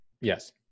yes